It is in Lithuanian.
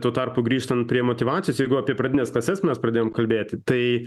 tuo tarpu grįžtant prie motyvacijos jeigu apie pradines klases mes pradėjom kalbėti tai